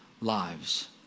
lives